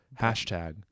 Hashtag